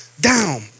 down